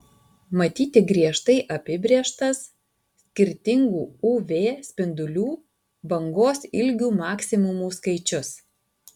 matyti griežtai apibrėžtas skirtingų uv spindulių bangos ilgių maksimumų skaičius